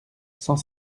cent